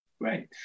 Great